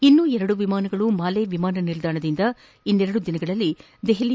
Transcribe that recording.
ಇನ್ನು ಎರಡು ವಿಮಾನಗಳು ಮಾಲೆ ವಿಮಾನ ನಿಲ್ದಾಣದಿಂದ ಇನ್ನು ಎರಡು ದಿನಗಳಲ್ಲಿ ದೆಹಲಿ